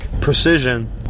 precision